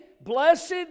Blessed